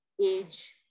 age